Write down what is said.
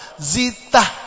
zita